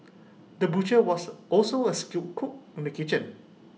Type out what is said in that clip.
the butcher was also A skilled cook in the kitchen